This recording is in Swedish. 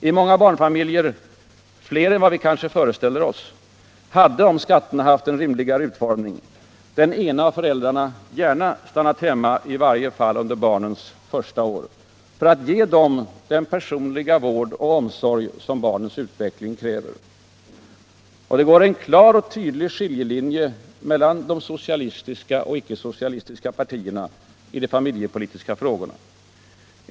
I många barnfamiljer, flera än vad vi kanske föreställer oss, hade —- om skatterna haft en rimligare utformning — den ena av föräldrarna gärna stannat hemma, i varje fall under barnens första år, för att ge dem den personliga vård och omsorg som barnens utveckling kräver. Det går en klar och tydlig skiljelinje mellan de socialistiska och de icke-socialistiska partierna i de familjepolitiska frågorna.